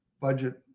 budget